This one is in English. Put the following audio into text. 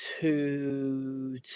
two